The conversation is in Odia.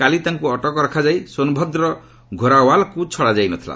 କାଲି ତାଙ୍କୁ ଅଟକ ରଖାଯାଇ ସୋନଭଦ୍ରର ସୋରାୱାଲ୍କୁ ଛଡ଼ାଯାଇ ନ ଥିଲା